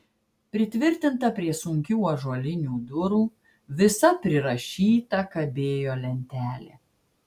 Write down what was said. pritvirtinta prie sunkių ąžuolinių durų visa prirašyta kabėjo lentelė